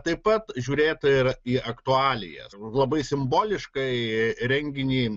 taip pat žiūrėta ir į aktualijas labai simboliškai renginį